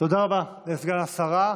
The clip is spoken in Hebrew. תודה רבה, סגן השרה.